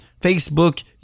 Facebook